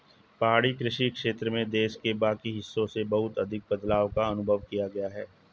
पहाड़ी कृषि क्षेत्र में देश के बाकी हिस्सों से बहुत अधिक बदलाव का अनुभव किया है